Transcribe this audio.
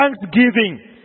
Thanksgiving